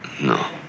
No